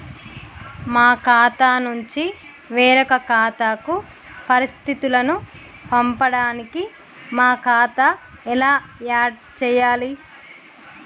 మా ఖాతా నుంచి వేరొక ఖాతాకు పరిస్థితులను పంపడానికి మా ఖాతా ఎలా ఆడ్ చేయాలి?